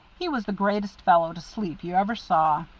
he was the greatest fellow to sleep you ever saw.